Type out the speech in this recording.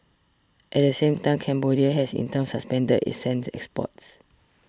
at the same time Cambodia has in turn suspended its sand exports